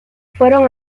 fueron